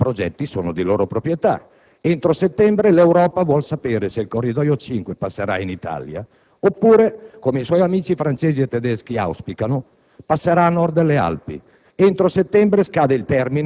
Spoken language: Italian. I contratti con i concessionari sono stati azzerati, i progetti sono di loro proprietà, entro settembre l'Europa vuole sapere se il Corridoio 5 passerà in Italia oppure, come i suoi amici francesi e tedeschi auspicano,